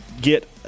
get